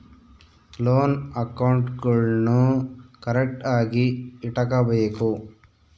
loan ಅಕೌಂಟ್ಗುಳ್ನೂ ಕರೆಕ್ಟ್ಆಗಿ ಇಟಗಬೇಕು